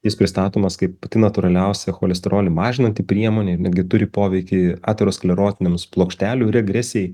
jis pristatomas kaip pati natūraliausia cholesterolį mažinanti priemonė netgi turi poveikį aterosklerotinėms plokštelių regresijai